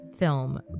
film